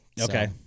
Okay